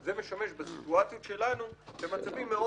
זה משמש בסיטואציות שלנו במצבים מאוד